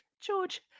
George